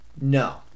no